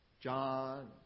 John